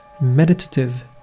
meditative